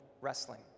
wrestling